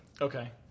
Okay